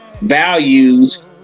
values